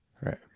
Right